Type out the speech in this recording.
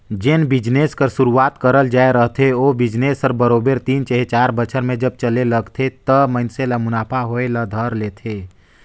जेन बिजनेस कर सुरूवात करल जाए रहथे ओ बिजनेस हर बरोबेर तीन चहे चाएर बछर में जब चले लगथे त मइनसे ल मुनाफा होए ल धर लेथे